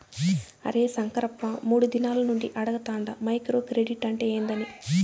అరే శంకరప్ప, మూడు దినాల నుండి అడగతాండ మైక్రో క్రెడిట్ అంటే ఏందని